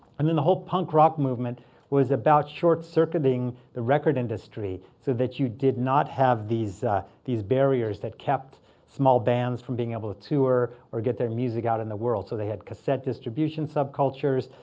and then the whole punk rock movement was about short circuiting the record industry so that you did not have these these barriers that kept small bands from being able to tour or get their music out in the world. so they had cassette distribution subcultures,